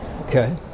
Okay